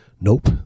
nope